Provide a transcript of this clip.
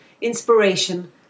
Inspiration